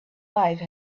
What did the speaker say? life